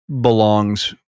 belongs